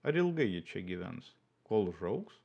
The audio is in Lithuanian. ar ilgai ji čia gyvens kol užaugs